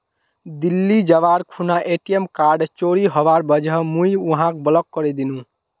दिल्ली जबार खूना ATM card चोरी हबार वजह मुई वहाक ब्लॉक करे दिनु